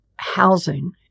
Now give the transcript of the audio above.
housing